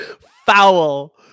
Foul